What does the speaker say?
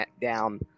down